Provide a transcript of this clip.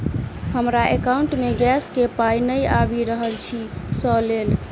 हमरा एकाउंट मे गैस केँ पाई नै आबि रहल छी सँ लेल?